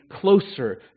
closer